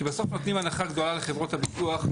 כי בסוף נותנים הנחה גדולה לחברות הביטוח,